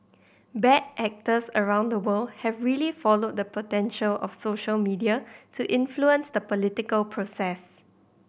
bad actors around the world have really followed the potential of social media to influence the political process